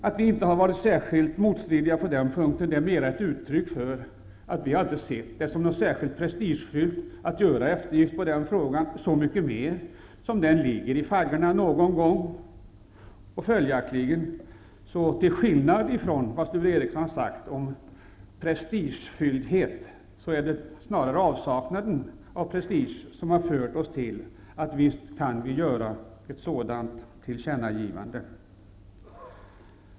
Att vi inte har varit särskilt motstridiga på den punkten är mer ett uttryck för att vi inte har sett det som särskilt prestigefyllt att göra en eftergift för den frågan -- så mycket mer som den är i faggorna. Till skillnad från vad Sture Ericson har sagt om att vara full av prestige, är det snarare avsaknaden av prestige som har fört oss fram till att göra ett sådant tillkännagivande.